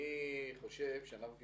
אני חושב שאנחנו כוועדה,